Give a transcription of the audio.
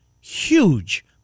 huge